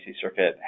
Circuit